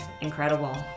incredible